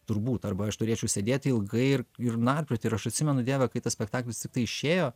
turbūt arba aš turėčiau sėdėti ilgai ir ir narplioti ir aš atsimenu dieve kai tas spektaklis tiktai išėjo